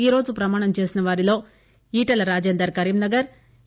ఈరోజు ప్రమాణం చేసిన వారిలో ఈటెల రాజేందర్ కరీంనగర్ ఎ